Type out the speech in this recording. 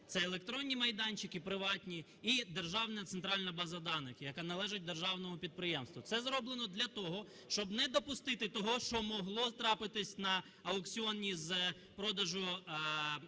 це електронні майданчики приватні і державна центральна база даних, яка належить державному підприємству. Це зроблено для того, щоб не допустити того, що могло трапитись на аукціоні з продажу заводу